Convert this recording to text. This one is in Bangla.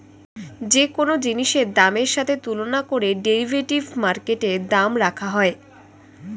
যে কোন জিনিসের দামের সাথে তুলনা করে ডেরিভেটিভ মার্কেটে দাম রাখা হয়